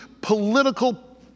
political